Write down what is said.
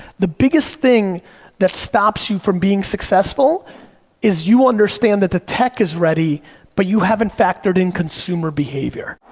the biggest thing that stops you from being successful is you understand that the tech is ready but you haven't factored in consumer behavior.